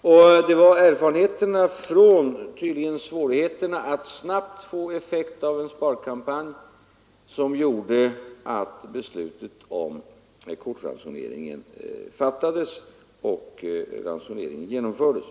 Och det var erfarenheterna av svårigheten att snabbt få effekt av en sparkampanj som gjorde att beslutet om kortransoneringen fattades och ransoneringen genomfördes.